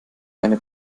eine